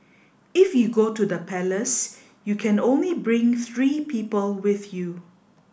if you go to the palace you can only bring three people with you